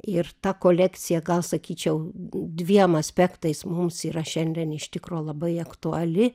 ir ta kolekcija gal sakyčiau dviem aspektais mums yra šiandien iš tikro labai aktuali